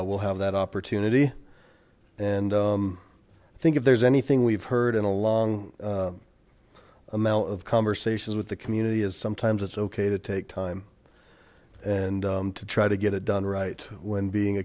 i will have that opportunity and i think if there's anything we've heard in a long amount of conversations with the community is sometimes it's ok to take time and to try to get it done right when being